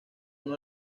uno